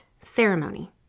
ceremony